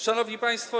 Szanowni Państwo!